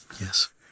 Yes